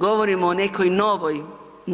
Govorim o nekoj novoj